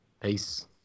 Peace